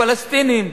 הפלסטינים.